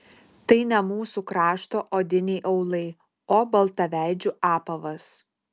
tai ne mūsų krašto odiniai aulai o baltaveidžių apavas